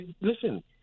listen